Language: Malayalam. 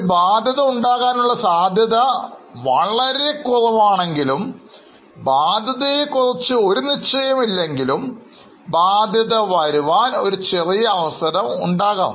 ഒരു ബാധ്യത ഉണ്ടാകാനുള്ള സാധ്യത വളരെ കുറവാണെങ്കിലുംബാധ്യതയെക്കുറിച്ച് ഒരു നിശ്ചയവും ഇല്ലെങ്കിലും ബാധ്യത വരുത്താൻ ചെറിയ ഒരു അവസരം ഉണ്ടാക്കാം